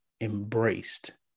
embraced